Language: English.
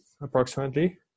approximately